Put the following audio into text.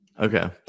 Okay